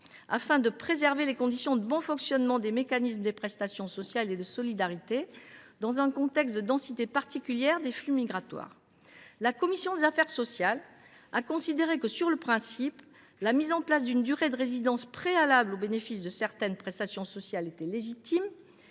afin de « préserver les conditions de bon fonctionnement des mécanismes des prestations sociales et de solidarité dans un contexte de densité particulière des flux migratoires ». La commission des affaires sociales a considéré que, dans son principe, l’instauration d’une durée de résidence préalable au bénéfice de certaines prestations sociales était légitime